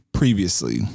Previously